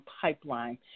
pipeline